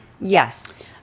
Yes